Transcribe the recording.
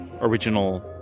original